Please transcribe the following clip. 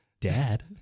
Dad